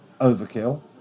Overkill